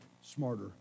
smarter